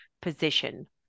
position